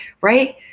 right